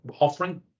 offering